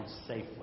safely